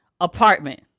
apartment